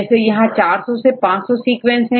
जैसे यहां400 से500 सीक्वेंस है